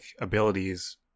abilities